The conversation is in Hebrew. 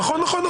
נכון,